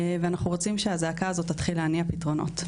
ואנחנו רוצים שהזעקה הזו תתחיל להניע פתרונות.